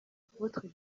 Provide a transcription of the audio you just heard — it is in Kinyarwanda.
apotre